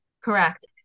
Correct